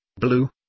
blue